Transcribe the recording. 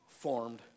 formed